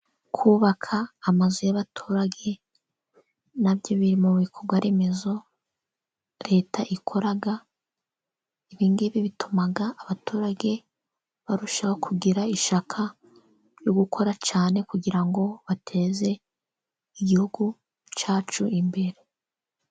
Kubaka amazu y'abaturage na byo biri mu bikorwa remezo Leta ikora. Ibi ngibi bituma abaturage barushaho kugira ishyaka ryo gukora cyane, kugira ngo bateze Igihugu cyacu imbere.